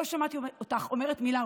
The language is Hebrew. לא שמעתי אותך אומרת מילה,